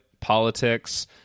Politics